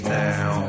now